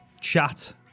chat